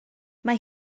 mae